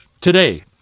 today